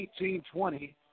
1820